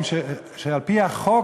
שעל-פי החוק,